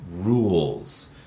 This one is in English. rules